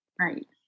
Right